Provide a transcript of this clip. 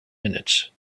minutes